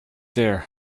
there